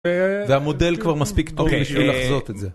והמודל כבר מספיק טוב בשביל לחזות את זה.